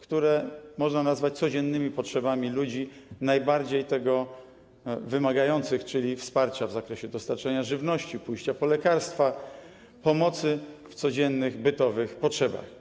które można nazwać codziennymi potrzebami ludzi najbardziej tego wymagających, czyli wsparcia w zakresie dostarczenia żywności, pójścia po lekarstwa, pomocy w codziennych bytowych potrzebach.